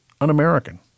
un-American